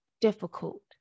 difficult